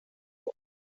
und